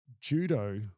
judo